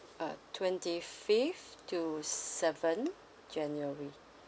uh twenty fifth to seventh january